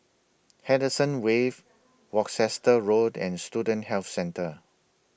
Henderson Wave Worcester Road and Student Health Centre